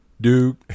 Duke